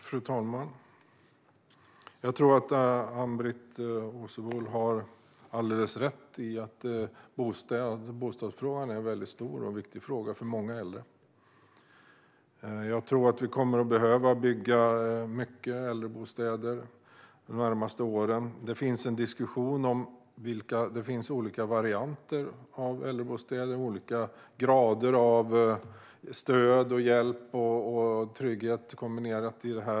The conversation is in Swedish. Fru talman! Ann-Britt Åsebol har alldeles rätt i att bostadsfrågan är en stor och mycket viktig fråga för många äldre. Vi kommer att behöva bygga många äldrebostäder de närmaste åren. Det finns olika varianter av äldrebostäder med en kombination av olika grader av stöd, hjälp och trygghet.